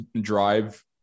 drive